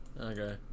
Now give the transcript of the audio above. okay